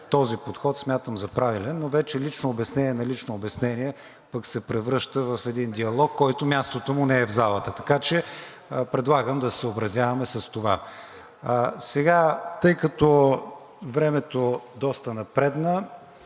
този подход смятам за правилен. Вече лично обяснение на лично обяснение пък се превръща в един диалог, който мястото му не е в залата. Предлагам да се съобразяваме с това, обсъдихме го. Тъй като времето доста напредна,